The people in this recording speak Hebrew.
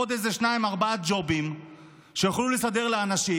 עוד איזה שניים-ארבעה ג'ובים שיוכלו לסדר לאנשים.